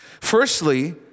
Firstly